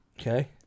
Okay